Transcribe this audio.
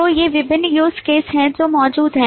तो ये विभिन्न use case हैं जो मौजूद हैं